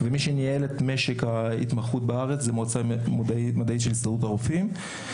ומי שניהל את משק ההתמחות בארץ זה המועצה המדעית של הסתדרות הרופאים.